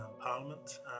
Parliament